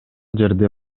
жерде